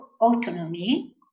autonomy